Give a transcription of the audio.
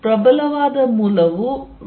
ಪ್ರಬಲವಾದ ಮೂಲವು v